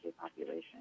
population